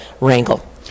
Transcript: wrangle